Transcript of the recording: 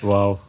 Wow